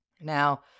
Now